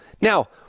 Now